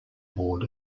board